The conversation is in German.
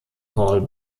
paul